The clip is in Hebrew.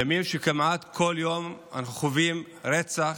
ימים שבהם כמעט כל יום אנחנו חווים רצח,